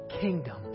kingdom